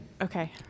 Okay